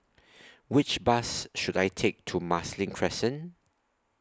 Which Bus should I Take to Marsiling Crescent